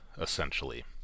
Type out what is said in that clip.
essentially